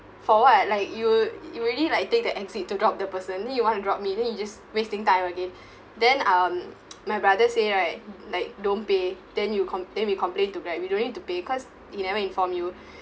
for what like you you already like you take the exit to drop the person then you want to drop me then you just wasting time again then um my brother say right like don't pay then you comp~ then we complain to grab you don't need to pay because he never inform you